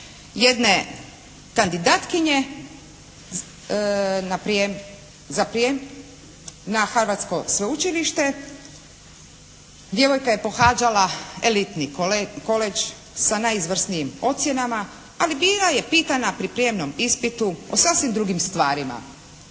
jedne kandidatkinje za prijem na hrvatsko sveučilište. Djevojka je pohađala elitni koledž sa najizvrsnijim ocjenama ali bila je pitana pri prijemnom ispitu o sasvim drugim stvarima.